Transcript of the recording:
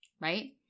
Right